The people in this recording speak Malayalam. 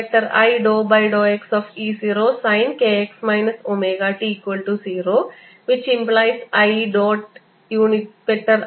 E0sin kx wt 0i